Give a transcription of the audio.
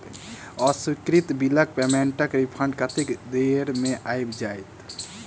अस्वीकृत बिलक पेमेन्टक रिफन्ड कतेक देर मे आबि जाइत?